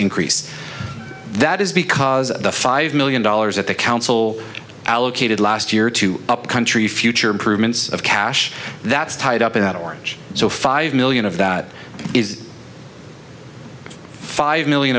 increase that is because of the five million dollars at the council allocated last year to upcountry future improvements of cash that's tied up in that orange so five million of that is five million